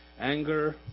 anger